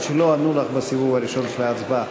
שלא ענו לך בסיבוב הראשון של ההצבעה.